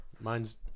Mine's